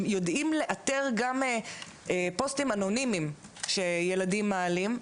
יודעים לאתר גם פוסטים אנונימיים שילדים מעלים.